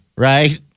Right